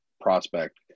prospect